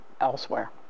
elsewhere